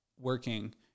working